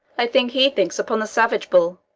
i think he thinks upon the savage bull.